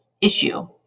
issue